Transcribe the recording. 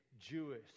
Jewish